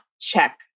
check